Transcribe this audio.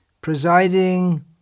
presiding